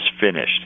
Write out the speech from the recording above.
finished